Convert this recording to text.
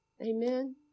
Amen